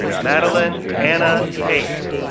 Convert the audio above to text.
madeleine anna haight,